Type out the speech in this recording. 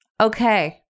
Okay